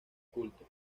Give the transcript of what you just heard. culto